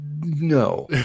No